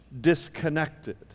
disconnected